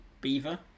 beaver